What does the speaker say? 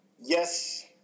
yes